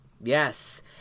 yes